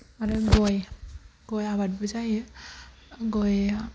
आरो गय गय आबादबो जायो गयआ